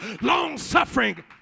long-suffering